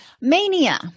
Mania